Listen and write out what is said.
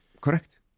Correct